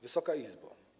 Wysoka Izbo!